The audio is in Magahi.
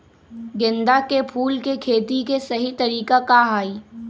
गेंदा के फूल के खेती के सही तरीका का हाई?